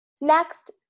Next